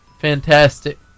fantastic